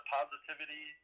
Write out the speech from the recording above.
positivity